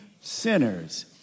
sinners